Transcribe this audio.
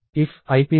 if ip